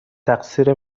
تقصیر